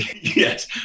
yes